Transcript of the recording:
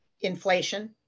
inflation